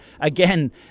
again